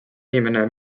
inimene